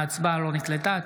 ההצבעה לא נקלטה.